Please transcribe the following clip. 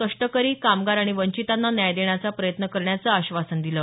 कष्टकरी कामगार आणि वंचितांना न्याय देण्याचा प्रयत्न करण्याचं आश्वासन दिलं